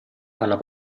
alla